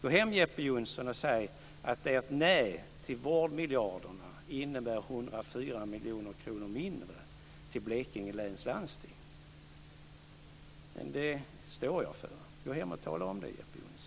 Gå hem, Jeppe Johnsson, och säg att ert nej till vårdmiljarderna innebär 104 miljoner kronor mindre till Blekinge läns landsting, men att ni står för det. Gå hem och tala om det, Jeppe Johnsson.